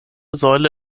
säule